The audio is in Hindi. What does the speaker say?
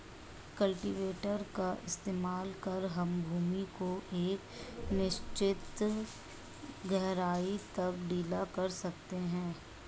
कल्टीवेटर का इस्तेमाल कर हम भूमि को एक निश्चित गहराई तक ढीला कर सकते हैं